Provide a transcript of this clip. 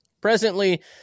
Presently